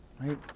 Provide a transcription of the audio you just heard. right